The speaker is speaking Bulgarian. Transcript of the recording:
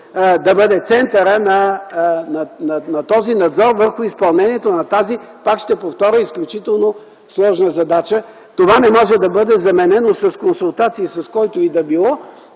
да бъде центърът на този надзор върху изпълнението на тази, пак ще повторя, изключително сложна задача. Това не може да бъде заменено с консултации, с когото и да било,